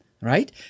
right